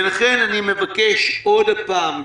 ולכן אני מבקש עוד פעם,